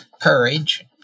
courage